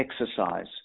exercise